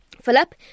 Philip